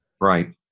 Right